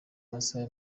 masaha